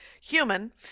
human